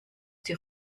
die